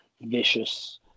vicious